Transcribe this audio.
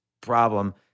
problem